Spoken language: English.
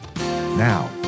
Now